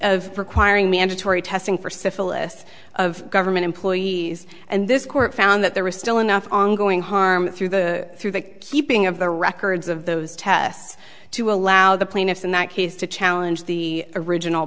of requiring mandatory testing for syphilis of government employees and this court found that there was still enough ongoing harm through the through the keeping of the records of those tests to allow the plaintiffs in that case to challenge the original